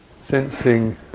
sensing